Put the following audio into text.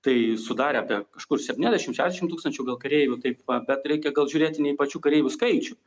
tai sudarė apie kažkur septyniasdešim šešiasdešim tūkstančių gal kareivių taip bet reikia gal žiūrėti ne į pačių kareivių skaičių